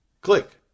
Click